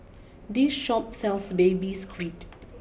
this Shop sells Baby Squid